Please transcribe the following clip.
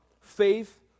Faith